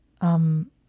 Um